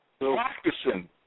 practicing